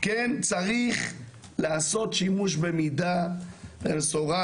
צריך לעשות שימוש במידה ובמשורה,